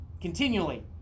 Continually